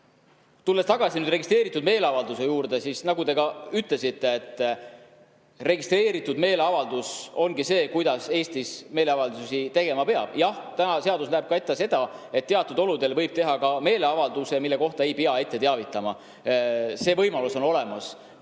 Tulles tagasi registreeritud meeleavalduse juurde, siis, nagu te ka ütlesite, registreeritud meeleavaldus ongi vorm, kuidas Eestis meeleavaldusi tegema peab. Jah, seadus näeb ette ka seda, et teatud olude korral võib teha meeleavalduse, mille kohta ei pea ette teavitama. See võimalus on olemas.